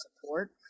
support